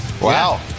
wow